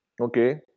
okay